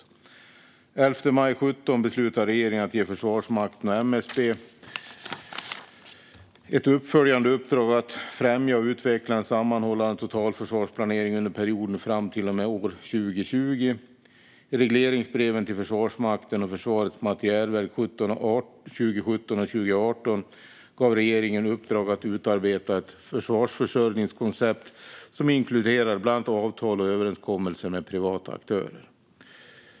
Den 11 maj 2017 beslutade regeringen att ge Försvarsmakten och MSB ett uppföljande uppdrag att fortsätta att främja och utveckla en sammanhållande totalförsvarsplanering under perioden fram till och med år 2020. I regleringsbreven till Försvarsmakten och Försvarets materielverk 2017 och 2018 gav regeringen uppdrag att utarbeta ett försvarsförsörjningskoncept som inkluderade bland annat avtal och överenskommelser med privata aktörer.